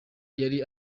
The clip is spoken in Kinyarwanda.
yari